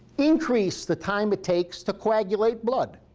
increase the time it takes to coagulate blood.